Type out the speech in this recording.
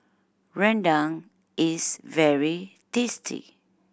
rendang is very tasty